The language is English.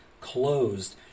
closed